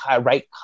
right